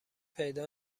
پیدا